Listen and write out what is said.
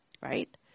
Right